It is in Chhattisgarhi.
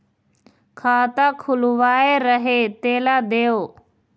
खाता खुलवाय रहे तेला देव?